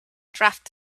draft